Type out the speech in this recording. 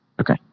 Okay